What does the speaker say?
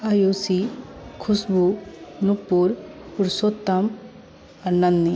आयुषी खुशबु नूपुर पुरुषोत्तम नन्ही